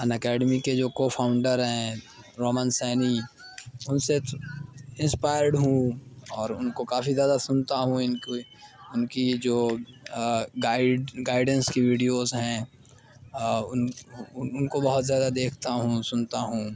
ان academy کے جو کو فاؤنڈر ہیں رومن سینی ان سے انسپائرڈ ہوں اور ان کو کافی زیادہ سنتا ہوں ان کی ان کی جو گائیڈ گائڈنس کی ویڈیوز ہیں ان کو بہت زیادہ دیکھتا ہوں سنتا ہوں